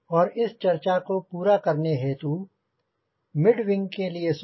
और इस चर्चा को पूरा करने हेतु मिड विंग के लिए सोचें